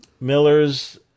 Miller's